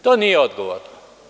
To nije odgovorno.